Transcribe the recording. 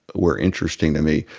were interesting to me.